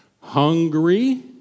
hungry